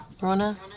Rona